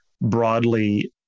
broadly